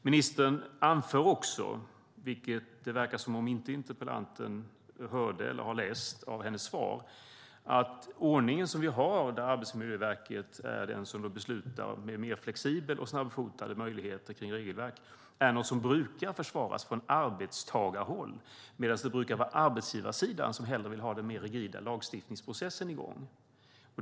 Ministern anför i svaret, vilket interpellanten inte verkar ha hört, att den ordning vi har, att Arbetsmiljöverket är den som via mer flexibla och snabbfotade möjligheter beslutar kring regelverk, är något som brukar försvaras från arbetstagarhåll medan arbetsgivarsidan hellre brukar vilja ha den mer rigida lagstiftningsprocessen i gång.